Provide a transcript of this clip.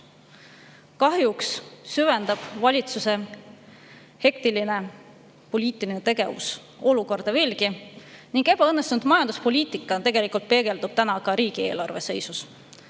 süvendab valitsuse hektiline poliitiline tegevus olukorda veelgi ning ebaõnnestunud majanduspoliitika tegelikult peegeldub ka riigieelarve seisus.